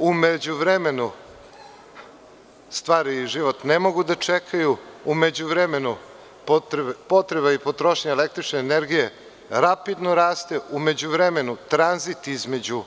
U međuvremenu, stvari i život ne mogu da čekaju, u međuvremenu potreba i potrošnja električne energije, rapidno raste, u međuvremenu tranzit između